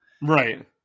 Right